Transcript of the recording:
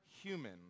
human